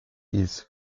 its